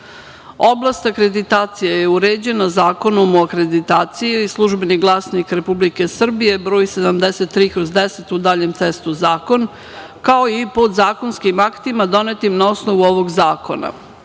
akreditacije je uređena Zakonom o akreditaciji i „Službeni glasnik RS“ broj 73/10 u daljem testu zakon, kao i podzakonskim aktima donetim na osnovu ovog zakona. Pored